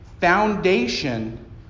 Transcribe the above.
foundation